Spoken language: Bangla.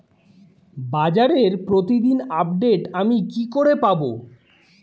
বাজারের প্রতিদিন আপডেট আমি কি করে পাবো?